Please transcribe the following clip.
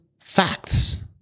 facts